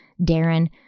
Darren